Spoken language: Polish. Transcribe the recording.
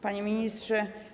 Panie Ministrze!